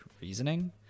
reasoning